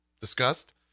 discussed